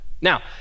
now